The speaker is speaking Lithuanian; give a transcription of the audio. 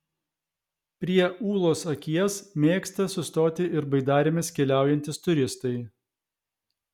prie ūlos akies mėgsta sustoti ir baidarėmis keliaujantys turistai